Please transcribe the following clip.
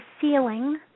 ceiling